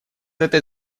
этой